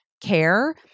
care